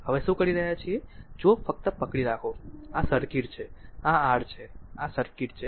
હવે શું કરી રહ્યા છે જુઓ ફક્ત પકડી રાખો તે આ સર્કિટ છે આ r છે આ સર્કિટ છે